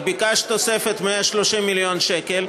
את ביקשת תוספת 130 מיליון שקל.